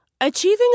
Achieving